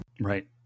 Right